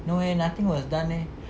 no eh nothing was done eh